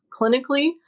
clinically